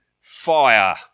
fire